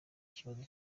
kibazo